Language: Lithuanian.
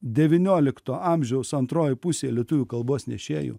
devyniolikto amžiaus antrojoj pusėj lietuvių kalbos nešėjų